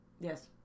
Yes